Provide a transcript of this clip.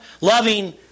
loving